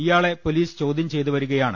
ഇയാളെ പൊലീസ് ചോദ്യം ചെയ്തുവരികയാണ്